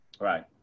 Right